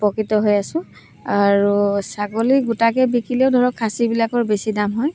উপকৃত হৈ আছো আৰু ছাগলী গোটাকৈ বিকিলেও ধৰক খাচীবিলাকৰ বেছি দাম হয়